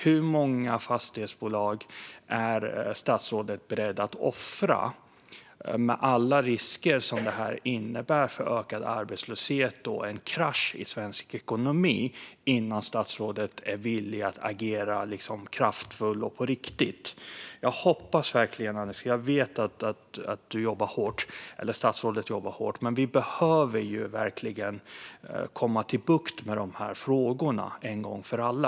Hur många fastighetsbolag är statsrådet beredd att offra med alla risker som det här innebär för ökad arbetslöshet och en krasch i svensk ekonomi innan statsrådet är villig att agera kraftfullt och på riktigt? Jag vet att du jobbar hårt, Andreas, eller jag vet att statsrådet jobbar hårt. Men vi behöver verkligen få bukt med de här frågorna en gång för alla.